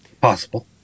Possible